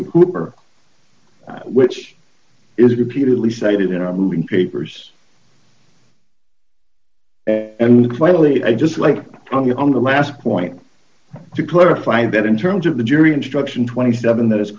of cooper which is repeatedly cited in our moving papers and finally i just like on the last point to clarify that in terms of the jury instruction twenty seven that has